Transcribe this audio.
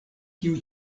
kiu